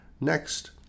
Next